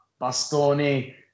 Bastoni